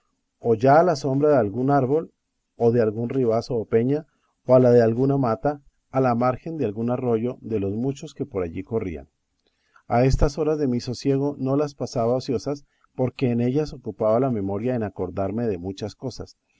ya a la sombra de algún árbol o de algún ribazo o peña o a la de alguna mata a la margen de algún arroyo de los muchos que por allí corrían y estas horas de mi sosiego no las pasaba ociosas porque en ellas ocupaba la memoria en acordarme de muchas cosas